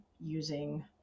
using